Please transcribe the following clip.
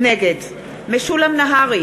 נגד משולם נהרי,